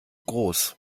groß